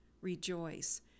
Rejoice